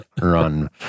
run